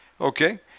Okay